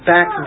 Back